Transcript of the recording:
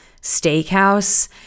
steakhouse